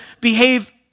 behave